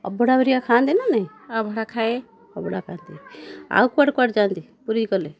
ଅଭଡ଼ା ହେରିକା ଖାଆନ୍ତି ନା ନାଇଁ ଅଭଡ଼ା ଖାଏ ଅଭଡ଼ା ଖାଆନ୍ତି ଆଉ କୁଆଡ଼େ କୁଆଡ଼େ ଯାଆନ୍ତି ପୁରୀ ଖାଲି